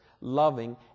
loving